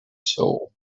soul